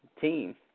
team